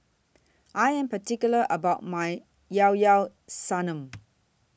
I Am particular about My Llao Llao Sanum